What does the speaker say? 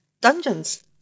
dungeons